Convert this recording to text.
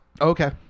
okay